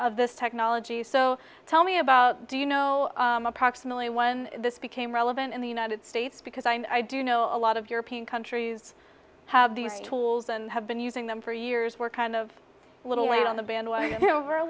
of this technology so tell me about do you know approximately one this became relevant in the united states because i do know a lot of european countries have these tools and have been using them for years we're kind of a little way on the bandwagon over a